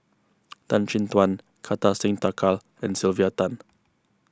Tan Chin Tuan Kartar Singh Thakral and Sylvia Tan